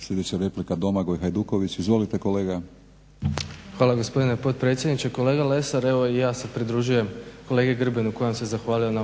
Izvolite kolega. **Hajduković, Domagoj (SDP)** Hvala gospodine potpredsjedniče. Kolega Lesar evo i ja se pridružujem kolegi Grbinu koji vas se zahvalio na